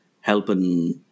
helping